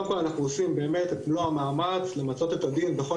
קודם כל אנחנו עושים באמת את מלא המאמץ למצות את הדין בכל